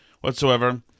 whatsoever